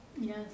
Yes